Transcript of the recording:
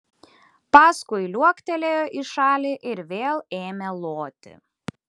paskui liuoktelėjo į šalį ir vėl ėmė loti